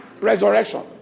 resurrection